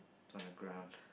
it's on a grab